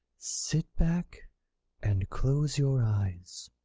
sit back and close your eyes.